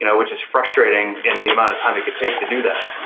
you know which is frustrating in the amount of time it could take to do that.